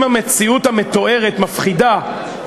אם המציאות המתוארת מפחידה,